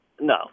No